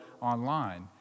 online